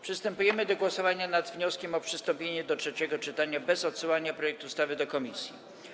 Przystępujemy do głosowania nad wnioskiem o przystąpienie do trzeciego czytania bez odsyłania projektu ustawy do komisji.